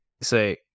say